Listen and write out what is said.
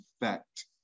effect